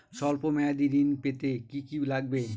সল্প মেয়াদী ঋণ পেতে কি কি লাগবে?